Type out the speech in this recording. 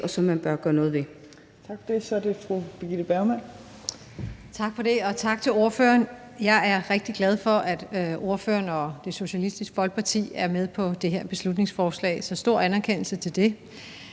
Så er det fru Birgitte Bergman. Kl. 18:13 Birgitte Bergman (KF): Tak for det. Og tak til ordføreren. Jeg er rigtig glad for, at ordføreren og Socialistisk Folkeparti er med på det her beslutningsforslag. Så stor anerkendelse for det!